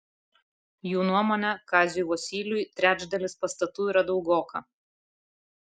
jų nuomone kaziui vosyliui trečdalis pastatų yra daugoka